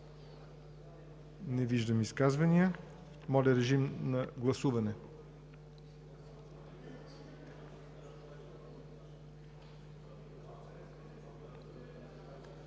Не виждам изказвания. Подлагам на гласуване